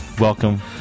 Welcome